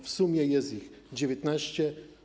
W sumie jest ich 19.